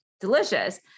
delicious